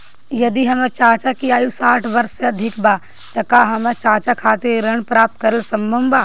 यदि हमर चाचा की आयु साठ वर्ष से अधिक बा त का हमर चाचा खातिर ऋण प्राप्त करल संभव बा